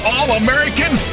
All-American